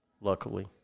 luckily